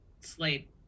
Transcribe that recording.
slate